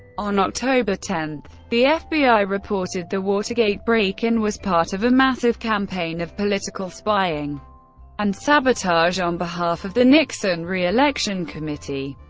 on october ten, the fbi reported the watergate break-in was part of a massive campaign of political spying and sabotage on behalf of the nixon re-election committee.